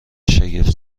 شگفت